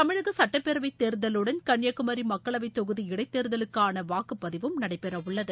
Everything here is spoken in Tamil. தமிழக சட்டப்பேரவைத் தேர்தலுடன் கன்னியாகுமரி மக்களவைத் தொகுதி இடைத்தேர்தலுக்கான வாக்குப்பதிவும் நடைபெறவுள்ளது